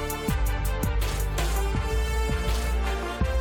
אני קובע כי הצעת חוק הסכמים קיבוציים (תיקון מס' 11,